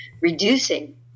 reducing